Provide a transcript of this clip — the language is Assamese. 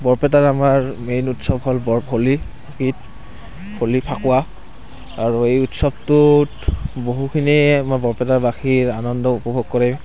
বৰপেটাত আমাৰ মেইন উৎসৱ হ'ল হোলী হোলী ফাকুৱা আৰু এই উৎসৱটোত বহুখিনি আমাৰ বৰপেটাবাসীয়ে আনন্দ উপভোগ কৰে